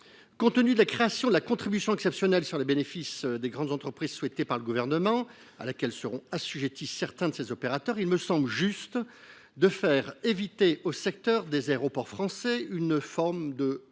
Compte tenu de la création de la contribution exceptionnelle sur les bénéfices des grandes entreprises souhaitée par le Gouvernement, à laquelle seront assujettis certains de ces opérateurs, il me semble juste d’éviter aux aéroports français une forme de